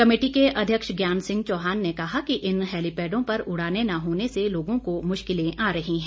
committee के अध्यक्ष ज्ञान सिंह चौहान ने कहा कि इन हेलिपैडों पर उड़ाने न होने से लोगों को मुश्किलें आ रही हैं